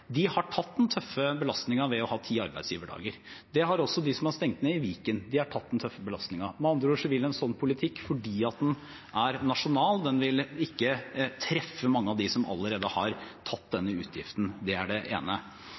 De har tatt den tøffe belastningen ved å ha ti arbeidsgiverdager. Det har også de som har stengt ned i Viken – de har tatt den tøffe belastningen. Med andre ord vil en slik politikk, fordi den er nasjonal, ikke treffe mange av dem som allerede har tatt denne utgiften. Det er det ene.